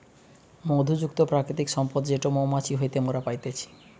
মধু যুক্ত প্রাকৃতিক সম্পদ যেটো মৌমাছি হইতে মোরা পাইতেছি